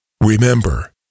Remember